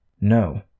No